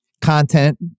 Content